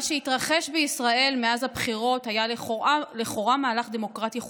"מה שהתרחש בישראל מאז הבחירות היה לכאורה מהלך דמוקרטי חוקי.